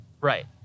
right